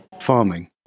farming